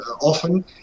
often